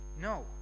No